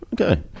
Okay